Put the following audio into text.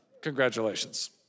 Congratulations